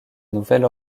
nouvelle